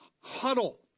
huddle